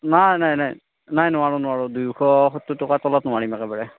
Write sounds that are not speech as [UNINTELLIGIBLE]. নাই নাই নাই নাই নোৱাৰোঁ নোৱাৰোঁ দুইশ সত্তৰ টকাৰ তলত নোৱাৰিম আৰু [UNINTELLIGIBLE]